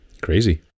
Crazy